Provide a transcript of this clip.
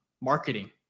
Marketing